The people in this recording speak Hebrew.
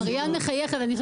אני חושבת